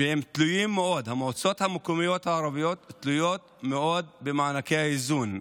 שהמועצות המקומיות הערביות תלויות מאוד במענקי האיזון.